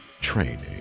training